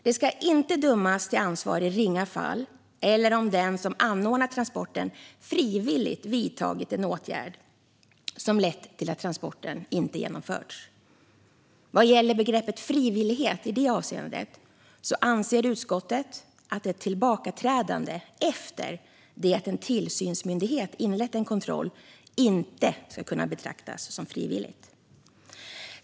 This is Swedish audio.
Det ska inte dömas till ansvar i ringa fall eller om den som anordnat transporten frivilligt vidtagit en åtgärd som lett till att transporten inte genomförts. Vad gäller begreppet frivillighet i det avseendet anser utskottet att ett tillbakaträdande efter det att en tillsynsmyndighet inlett en kontroll inte ska kunna betraktas som frivilligt.